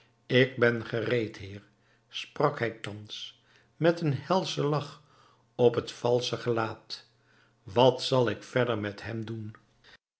ik ben gereed heer sprak hij thans met een helschen lach op het valsche gelaat wat zal ik verder met hem doen